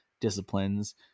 disciplines